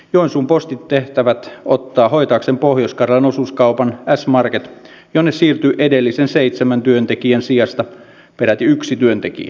joensuun postin tehtävät ottaa hoitaakseen pohjois karjalan osuuskaupan s market jonne siirtyy edellisen seitsemän työntekijän sijasta peräti yksi työntekijä